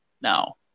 now